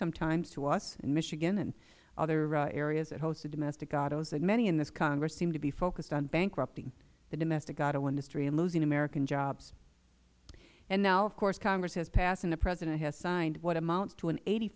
sometimes to us in michigan and other areas that hosted domestic autos that many in this congress seem to be focused on bankrupting the domestic auto industry and losing american jobs now of course congress has passed and the president has signed what amounts to an eighty